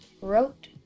wrote